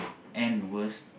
and worst